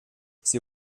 c’est